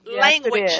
language